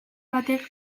batek